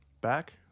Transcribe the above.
back